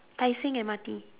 tai-seng M_R_T